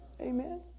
Amen